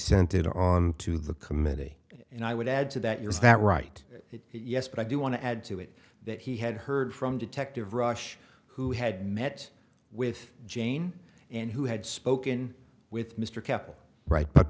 sent it on to the committee and i would add to that yours that right yes but i do want to add to it that he had heard from detective rush who had met with jane and who had spoken with mr kapil right but